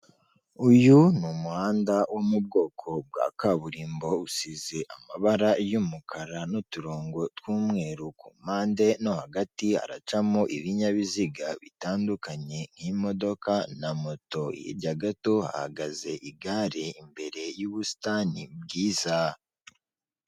Ni akazu ka emutiyene k'umuhondo, kariho ibyapa byinshi mu bijyanye na serivisi zose za emutiyene, mo imbere harimo umukobwa, ubona ko ari kuganira n'umugabo uje kumwaka serivisi.